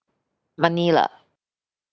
money lah